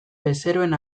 bezeroen